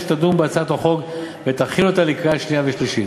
שתדון בהצעת החוק ותכין אותה לקריאה שנייה ושלישית.